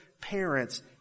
parents